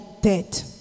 dead